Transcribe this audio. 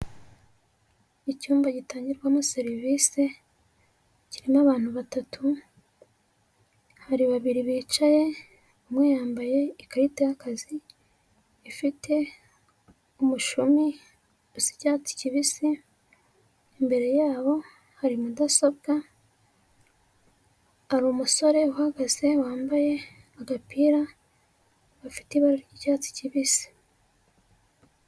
Icyumba gitangirwamo serivise kirimo abantu batatu hari babiri bicaye, umwe yambaye ikarita y'akazi ifite umushumi'cyatsi kibisi, imbere yabo hari mudasobwa hari umusore uhagaze wambaye agapira gafite ibara ry'icyatsi kibisi.